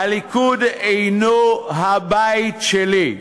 הליכוד אינו הבית שלי.